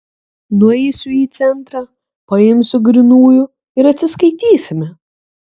nueisiu į centrą paimsiu grynųjų ir atsiskaitysime